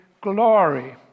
glory